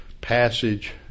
passage